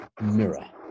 Mirror